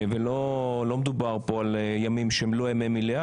ולא מדובר פה על ימים שהם לא ימי מליאה,